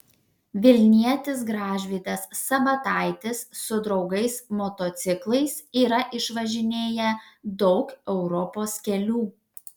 vilnietis gražvydas sabataitis su draugais motociklais yra išvažinėję daug europos kelių